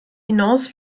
hinaus